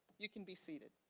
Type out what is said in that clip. you can be seated.